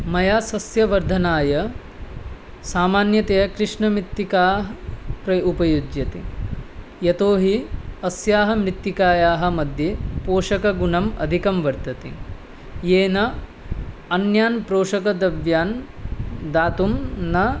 मया सस्यवर्धनाय सामान्यतया कृष्णमृत्तिका प्रय् उपयुज्यते यतोऽहि अस्याः मृत्तिकायाः मघ्ये पोषकगुणम् अधिकं वर्तते येन अन्यान् पोषकद्रव्यान् दातुं न